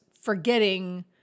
forgetting